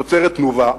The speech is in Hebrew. מתוצרת "תנובה",